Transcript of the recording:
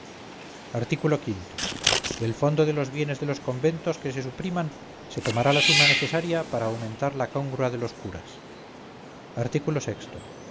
art o del fondo de los bienes de los conventos que se supriman se tomará la suma necesaria para aumentar la congrua de los curas